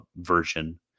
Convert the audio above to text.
version